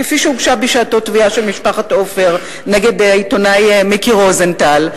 כפי שהוגשה בשעתה תביעה של משפחת עופר נגד העיתונאי מיקי רוזנטל,